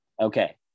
okay